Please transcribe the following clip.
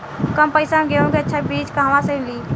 कम पैसा में गेहूं के अच्छा बिज कहवा से ली?